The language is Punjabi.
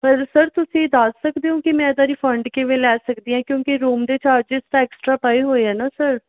ਸਰ ਤੁਸੀਂ ਦੱਸ ਸਕਦੇ ਹੋ ਕਿ ਮੈਂ ਤੁਹਾਡੀ ਰੀਫੰਡ ਕਿਵੇਂ ਲੈ ਸਕਦੀ ਹੈ ਕਿਉਂਕਿ ਰੂਮ ਦੇ ਚਾਰਜਸ ਦਾ ਐਕਸਟਰਾ ਪਏ ਹੋਏ ਆ ਨਾ ਸਰ